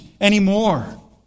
anymore